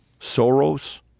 Soros